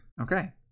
Okay